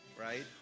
right